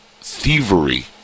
thievery